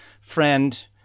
friend